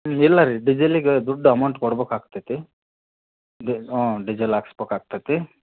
ಇಲ್ಲ ರೀ ಡಿಜೆಲ್ಲಿಗೆ ದುಡ್ಡು ಅಮೌಂಟ್ ಕೊಡ್ಬೇಕಾಗ್ತೇತಿ ಡಿ ಹ್ಞೂ ಡಿಜೆಲ್ ಹಾಕ್ಸ್ಬೇಕಾಗ್ತೇತಿ